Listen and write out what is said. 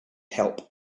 help